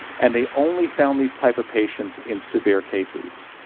and they only found these type of patients in severe cases.